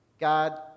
God